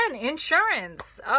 insurance